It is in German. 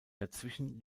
dazwischen